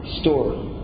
story